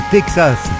Texas